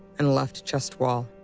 and left chest wall.